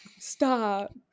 Stop